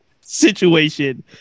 situation